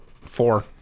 four